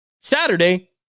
Saturday